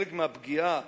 חלק מהפגיעה